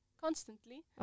constantly